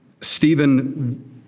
Stephen